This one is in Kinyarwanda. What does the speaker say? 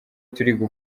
turiga